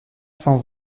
cent